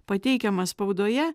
pateikiamas spaudoje